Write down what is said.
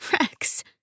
Rex